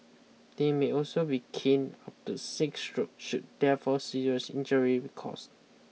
they may also be caned up to six strokes should death or serious injury be caused